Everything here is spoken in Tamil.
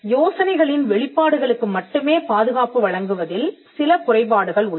யோசனைகளின் வெளிப்பாடுகளுக்கு மட்டும் பாதுகாப்பு வழங்குவதில் சில குறைபாடுகள் உள்ளன